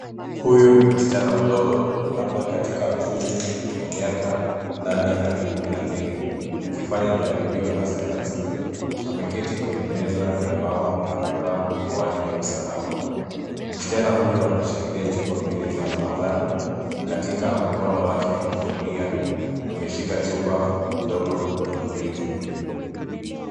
Huyu ni msichana mdogo, labda katika umri wa miaka nane hadi kumi na mbili, akifanya jaribio la sayansi. Ameketi kwenye meza ya mbao na amevaa miwani ya usalama. Msichana huyo anashikilia chupa mbili za maabara, katika mkono wake wa kulia ameshika chupa ndogo ya mrija.